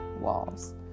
walls